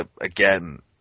Again